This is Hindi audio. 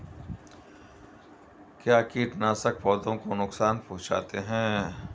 क्या कीटनाशक पौधों को नुकसान पहुँचाते हैं?